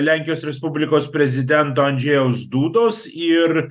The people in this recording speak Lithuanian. lenkijos respublikos prezidento andžejaus dūdos ir